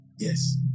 Yes